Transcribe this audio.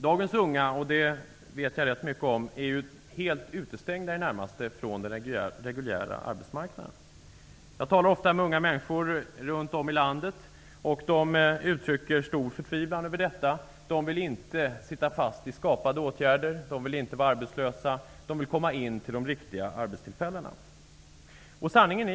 Dagens unga är i det närmaste helt utestängda från den reguljära arbetsmarknaden -- det vet jag rätt mycket om. Jag talar ofta med unga människor runt om i landet, och de uttrycker stor förtvivlan över detta. De vill inte sitta fast i skapade åtgärder eller vara arbetslösa utan komma åt de riktiga arbetstillfällena.